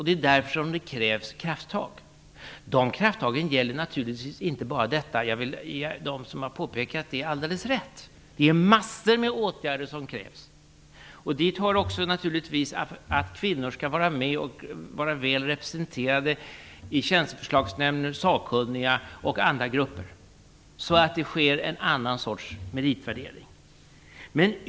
Det är därför som det krävs krafttag. De krafttagen gäller naturligtvis inte bara detta; jag vill ge dem som har påpekat detta alldeles rätt. Det är massor med åtgärder som krävs. Dit hör naturligtvis också att kvinnor skall vara med och vara väl representerade i Tjänsteförslagsnämnden, sakkunniga och andra grupper, så att det sker en annan sorts meritvärdering.